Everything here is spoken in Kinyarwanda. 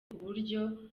kuburyo